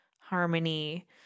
harmony